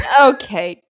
Okay